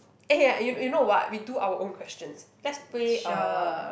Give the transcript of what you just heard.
eh ya you you know what we do our own questions let's play uh